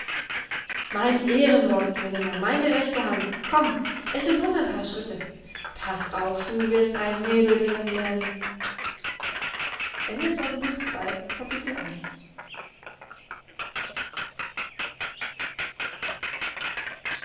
mein ehrenwort girlinger meine rechte hand komm es sind blos ein paar schritte paß auf du wirst ein mädel kennen lernen